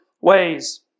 ways